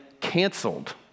canceled